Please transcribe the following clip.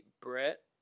Brett